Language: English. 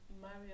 Mario